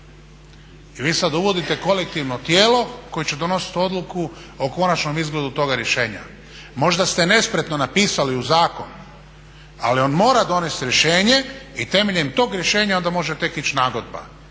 i vi sada uvodite kolektivno tijelo koje će donositi odluku o konačnom izgledu toga rješenja. Možda ste nespretno napisali u zakon, ali on mora donijeti rješenje i temeljem tog rješenja onda može tek ići nagodba.